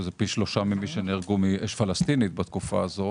זה פי שלושה ממי שנהרגו מאש פלסטינית בתקופה הזאת.